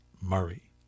Murray